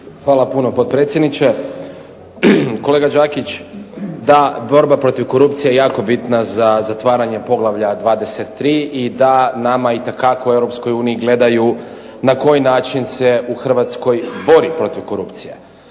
Hvala puno potpredsjedniče. Kolega Đakić, da, borba protiv korupcije je jako bitna za zatvaranje Poglavlja 23. i da nama itekako u EU gledaju na koji način se u Hrvatskoj bori protiv korupcije.